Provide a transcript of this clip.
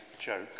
joke